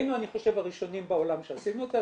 היינו אני חושב הראשונים בעולם שעשינו את זה,